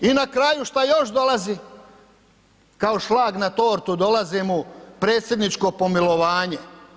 I na kraju šta još dolazi? kao šlag na tortu dolazi mu predsjedničko pomilovanje.